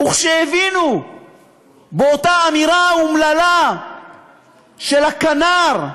וכשהבינו באותה אמירה אומללה של הכנ"ר,